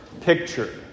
picture